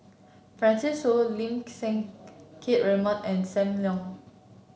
Francis Seow Lim Siang Keat Raymond and Sam Leong